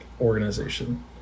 organization